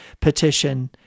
petition